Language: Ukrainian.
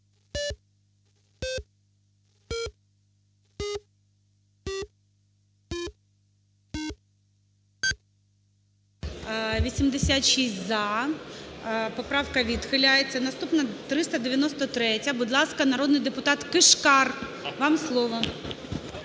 За-86 Поправка відхиляється. Наступна 393-я, будь ласка, народний депутат Кишкар, вам слово.